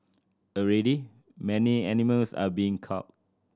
already many animals are being culled